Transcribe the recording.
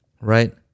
right